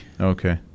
Okay